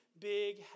big